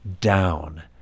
down